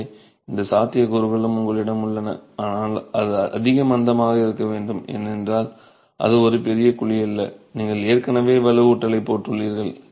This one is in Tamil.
எனவே இந்த இரண்டு சாத்தியக்கூறுகளும் உங்களிடம் உள்ளன ஆனால் அது அதிக மந்தமாக இருக்க வேண்டும் ஏனென்றால் அது ஒரு பெரிய குழி அல்ல நீங்கள் ஏற்கனவே வலுவூட்டலைப் போட்டுள்ளீர்கள்